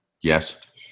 Yes